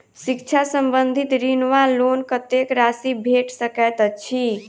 शिक्षा संबंधित ऋण वा लोन कत्तेक राशि भेट सकैत अछि?